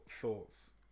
thoughts